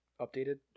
updated